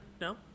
No